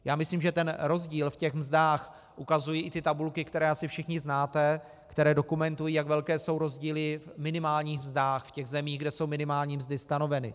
Já myslím, že rozdíl ve mzdách ukazují tabulky, které asi všichni znáte, které dokumentují, jak velké jsou rozdíly v minimálních mzdách v těch zemích, kde jsou minimální mzdy stanoveny.